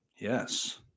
Yes